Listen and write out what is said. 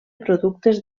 productes